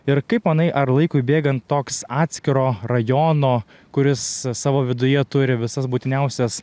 ir kaip manai ar laikui bėgant toks atskiro rajono kuris savo viduje turi visas būtiniausias